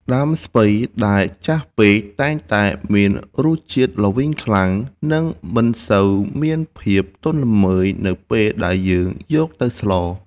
ដើមស្ពៃដែលចាស់ពេកតែងតែមានរសជាតិល្វីងខ្លាំង និងមិនសូវមានភាពទន់ល្មើយនៅពេលដែលយើងយកទៅស្ល។